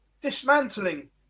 dismantling